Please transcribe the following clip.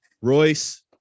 royce